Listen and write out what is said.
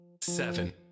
seven